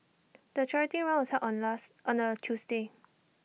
the charity run was held on last on A Tuesday